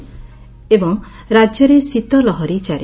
ଏବଂ ରାଜ୍ୟରେ ଶୀତଲହରୀ ଜାରି